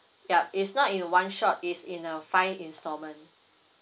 yup it's not in one shot it's in a five installment